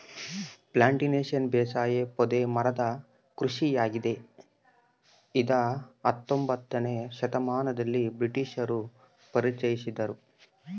plantation ಬೇಸಾಯ ಪೊದೆ ಮರದ ಕೃಷಿಯಾಗಿದೆ ಇದ ಹತ್ತೊಂಬೊತ್ನೆ ಶತಮಾನದಲ್ಲಿ ಬ್ರಿಟಿಷರು ಪರಿಚಯಿಸ್ಯಾರ